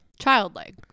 Childlike